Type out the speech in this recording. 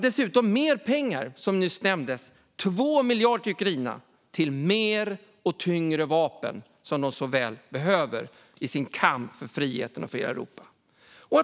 Dessutom ska 2 miljarder gå till Ukraina till mer och tyngre vapen, som de så väl behöver i sin kamp för friheten och för hela Europa.